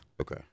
Okay